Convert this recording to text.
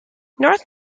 north